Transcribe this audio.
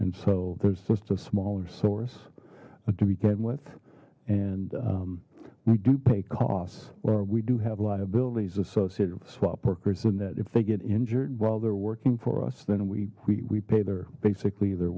and so there's just a smaller source to begin with and we do pay costs or we do have liabilities associated with swap workers in that if they get injured while they're working for us then we we pay they're basically they're